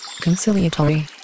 Conciliatory